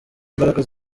imbaraga